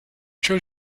cho